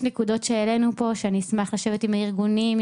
שיש נקודות שהעלינו פה שאני אשמח לשבת עם הארגונים,